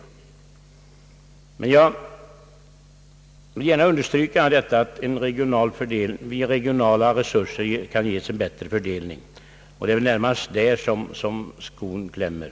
Jag vill dock gärna understryka detta, att de regionala resurserna bör få en bättre fördelning, och det är väl närmast där som skon klämmer.